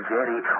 Jerry